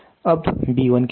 अब B1 क्या है